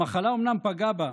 המחלה אומנם פגעה בה,